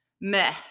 meh